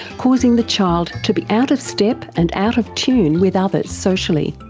causing the child to be out of step and out of tune with others socially.